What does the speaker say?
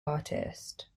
artist